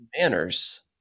manners